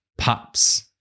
pops